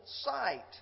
sight